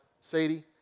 Sadie